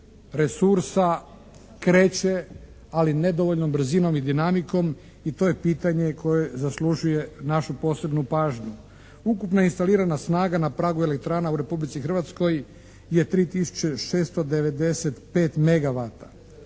resursa kreće ali nedovoljnom brzinom i dinamikom i to je pitanje koje zaslužuje našu posebnu pažnju. Ukupna instalirana snaga na pragu elektrana u Republici Hrvatskoj je tri